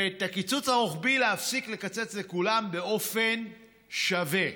ואת הקיצוץ הרוחבי להפסיק לקצץ לכולם באופן שווה,